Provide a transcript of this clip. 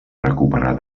recuperar